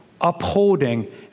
upholding